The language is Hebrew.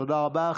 תודה רבה.